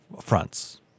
fronts